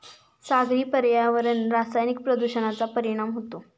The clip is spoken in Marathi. सागरी पर्यावरणावर रासायनिक प्रदूषणाचा परिणाम होतो